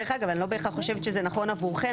דרך אגב, אני לא בהכרח חושבת שזה נכון עבורכם.